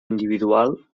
individual